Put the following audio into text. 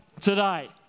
today